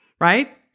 right